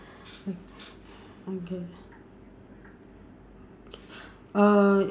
okay uh